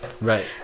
right